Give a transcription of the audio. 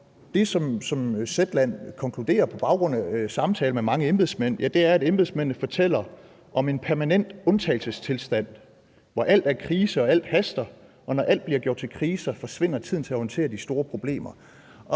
det, som Zetland konkluderer på baggrund af samtaler med mange embedsmænd, er, at embedsmændene fortæller om en permanent undtagelsestilstand, hvor alt er krise og alt haster, og når alt bliver gjort til kriser, forsvinder tiden til at håndtere de store problemer.